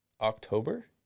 October